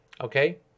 Okay